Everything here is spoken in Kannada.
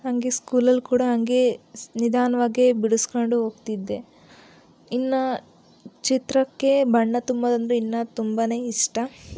ಹಾಗೆ ಸ್ಕೂಲಲ್ಲಿ ಕೂಡ ಹಾಗೆ ನಿಧಾನವಾಗೆ ಬಿಡಿಸಿಕೊಂಡು ಹೋಗ್ತಿದ್ದೆ ಇನ್ನು ಚಿತ್ರಕ್ಕೆ ಬಣ್ಣ ತುಂಬೋದು ಅಂದರೆ ಇನ್ನೂ ತುಂಬ ಇಷ್ಟ